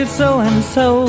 so-and-so